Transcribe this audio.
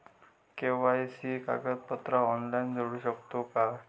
KYC कागदपत्रा online जोडू शकतू का?